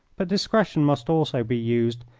but discretion must also be used,